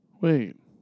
Wait